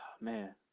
man